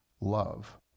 love